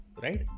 right